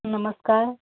नमस्कार